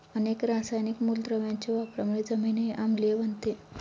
अनेक रासायनिक मूलद्रव्यांच्या वापरामुळे जमीनही आम्लीय बनते